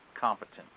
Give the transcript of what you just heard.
competent